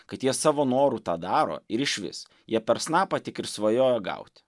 kad jie savo noru tą daro ir išvis jie per snapą tik ir svajojo gaut